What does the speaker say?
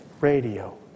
radio